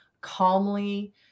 calmly